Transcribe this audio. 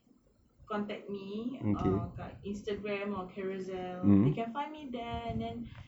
contact me ah dekat instagram or carousell they can find me there and then